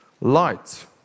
light